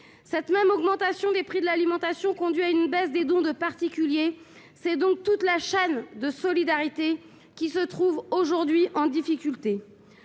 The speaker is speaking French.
Cette même augmentation des prix de l'alimentation conduit à une baisse des dons des particuliers. C'est donc toute la chaîne de solidarité qui se trouve en difficulté.